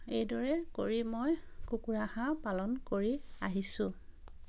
এইদৰে কৰি মই কুকুৰা হাঁহ পালন কৰি আহিছোঁ